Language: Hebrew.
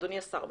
אדוני השר,